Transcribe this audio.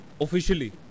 Officially